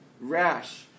rash